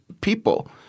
people